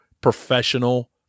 professional